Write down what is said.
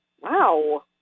Wow